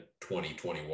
2021